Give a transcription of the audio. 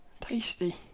tasty